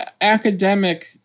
academic